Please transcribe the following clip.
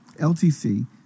LTC